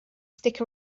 stick